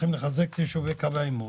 את יישובי קו העימות,